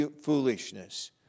foolishness